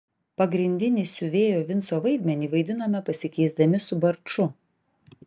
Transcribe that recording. pagrindinį siuvėjo vinco vaidmenį vaidinome pasikeisdami su barču